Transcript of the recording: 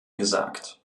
gesagt